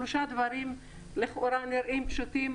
שלושה דברים שלכאורה נראים פשוטים,